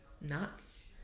nuts